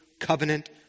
covenant